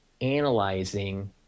analyzing